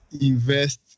invest